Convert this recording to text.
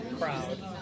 crowd